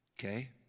Okay